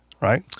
right